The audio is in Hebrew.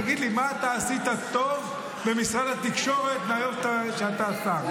תגיד לי מה אתה עשית טוב במשרד התקשורת מהיום שאתה שר,